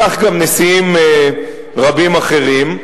כך גם נשיאים רבים אחרים.